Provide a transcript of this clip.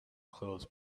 clothes